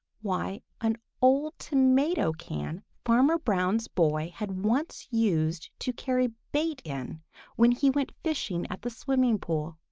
why, an old tomato can farmer brown's boy had once used to carry bait in when he went fishing at the smiling pool.